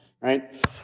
right